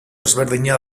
ezberdina